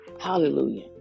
Hallelujah